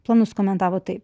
planus komentavo taip